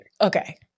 Okay